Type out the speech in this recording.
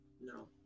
No